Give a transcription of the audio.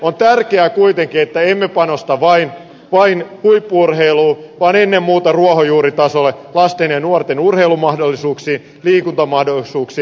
on tärkeää kuitenkin että emme panosta vain huippu urheiluun vaan ennen muuta ruohonjuuritasolle lasten ja nuorten urheilumahdollisuuksiin liikuntamahdollisuuksiin